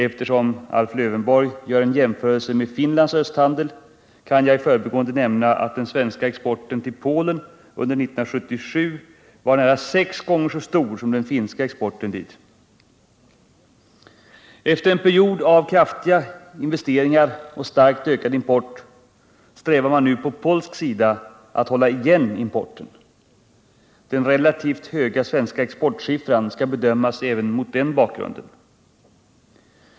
Eftersom Alf Lövenborg gör en jämförelse med Finlands östhandel, kan jag i förbigående nämna att den svenska exporten till Polen under 1977 var nära sex gånger så stor som den finska exporten dit. Efteren period av kraftiga investeringar och starkt ökad import strävar man nu på polsk sida efter att hålla igen importen. Den relativt höga svenska exportsiffran skall bedömas även mot denna bakgrund.